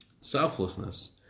selflessness